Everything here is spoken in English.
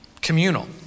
communal